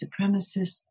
supremacists